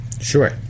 Sure